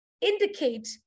indicate